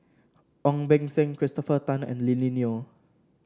Ong Beng Seng Christopher Tan and Lily Neo